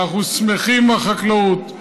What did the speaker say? אנחנו שמחים עם החקלאות,